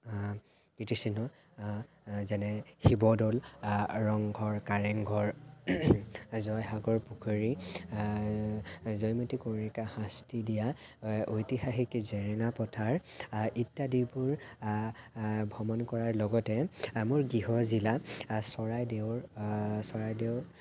কীৰ্তিচিহ্ন যেনে শিৱদৌল ৰংঘৰ কাৰেংঘৰ জয়সাগৰ পুখুৰী জয়মতী কুঁৱৰীক শাস্তি দিয়া ঐতিহাসিক জেৰেঙা পথাৰ ইত্যাদিবোৰ ভ্ৰমণ কৰাৰ লগতে মোৰ গৃহ জিলা চৰাইদেউৰ চৰাইদেউৰ